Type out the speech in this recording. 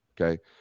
Okay